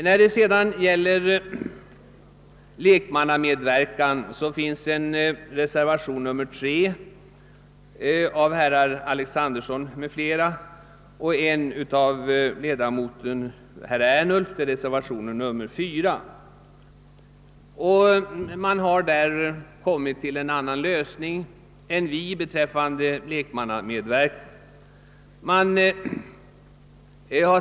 När det sedan gäller lekmannamedverkan föreligger reservationen 3 av herr Alexanderson m.fl. och reservationen 4 av herr Ernulf. Reservanterna har där kommit till en annan lösning än vi beträffande lekmannamedverkan.